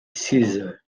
caesar